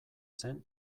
zen